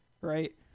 right